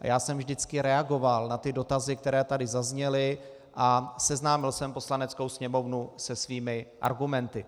A já jsem vždycky reagoval na dotazy, které tady zazněly, a seznámil jsem Poslaneckou sněmovnu se svými argumenty.